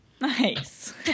Nice